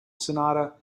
sonata